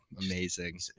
Amazing